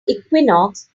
equinox